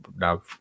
now